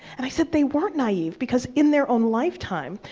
and i said, they weren't naive, because, in their own lifetime,